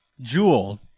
Jewel